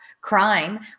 crime